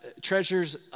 treasures